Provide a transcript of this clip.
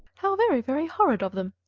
how very, very horrid of them!